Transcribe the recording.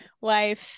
wife